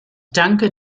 danke